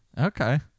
okay